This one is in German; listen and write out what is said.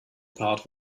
part